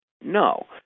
No